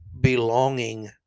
belonging